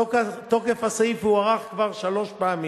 תוקף הסעיף הוארך כבר שלוש פעמים,